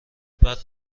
بعد